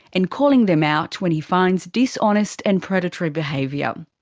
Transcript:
and calling them out when he finds dishonest and predatory behaviour.